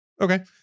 Okay